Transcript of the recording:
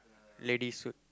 ladies suit